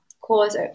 cause